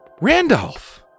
Randolph